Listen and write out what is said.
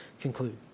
conclude